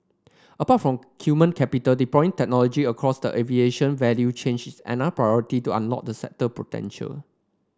apart from human capital deploying technology across the aviation value chain is another priority to unlock the sector potential